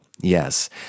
yes